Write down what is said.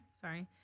sorry